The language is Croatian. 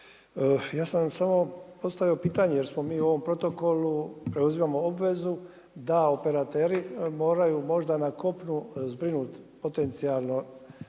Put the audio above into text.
ja sam samo postavio pitanje jer mi u ovom protokolu preuzimamo obvezu da operateri moraju možda na kopnu zbrinuti potencijalno